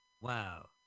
Wow